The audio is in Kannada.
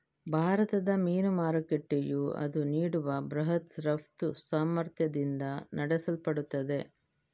ಭಾರತದ ಮೀನು ಮಾರುಕಟ್ಟೆಯು ಅದು ನೀಡುವ ಬೃಹತ್ ರಫ್ತು ಸಾಮರ್ಥ್ಯದಿಂದ ನಡೆಸಲ್ಪಡುತ್ತದೆ